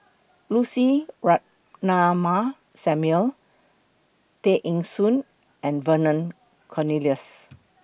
Lucy Ratnammah Samuel Tay Eng Soon and Vernon Cornelius